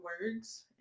words